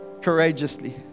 Courageously